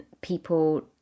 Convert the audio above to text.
people